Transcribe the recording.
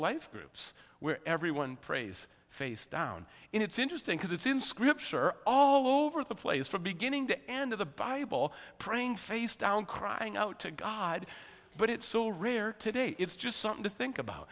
life groups where everyone prays facedown it's interesting because it's in scripture all over the place from beginning to end of the bible praying face down crying out to god but it's so rare today it's just something to think about